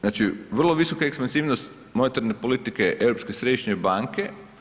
Znači, vrlo vrlo visoka ekspanzivnost monetarne politike Europske središnje banke.